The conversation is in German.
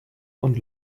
und